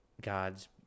gods